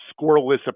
scoreless